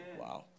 wow